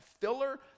filler